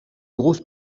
grosse